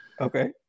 Okay